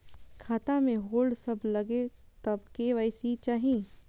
खाता में होल्ड सब लगे तब के.वाई.सी चाहि?